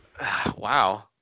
Wow